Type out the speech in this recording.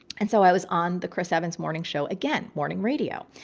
and so i was on the chris evans morning show again, morning radio.